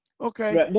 Okay